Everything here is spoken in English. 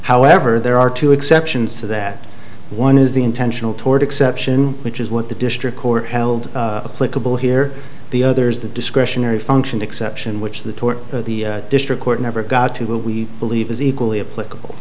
however there are two exceptions to that one is the intentional toward exception which is what the district court held political here the others the discretionary function exception which the tort of the district court never got to what we believe is equally applicable